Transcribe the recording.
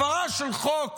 הפרה של החוק